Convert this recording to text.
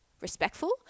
respectful